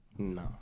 No